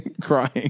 crying